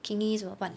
kidneys 怎么办